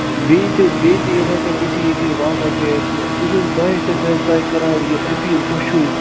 بیٚیہِ تہِ بیٚیہِ تہِ اِتھاے کَنۍ اِتھی اِتھی واقعہ گٔے اَسہِ بہٕ چھُس بَحَسَتہِ حظ تۄہہِ کَران یہِ أپیٖل تُہۍ چھُو